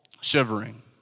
shivering